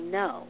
no